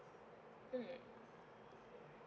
mm